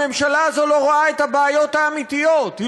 הממשלה הזאת לא רואה את הבעיות האמיתיות: היא